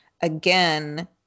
again